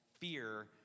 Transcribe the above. fear